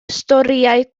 storïau